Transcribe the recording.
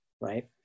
right